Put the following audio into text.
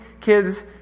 kids